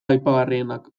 aipagarrienak